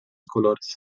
colores